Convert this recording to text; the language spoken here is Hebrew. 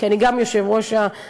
כי אני גם יושבת-ראש השדולה,